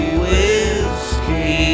whiskey